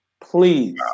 Please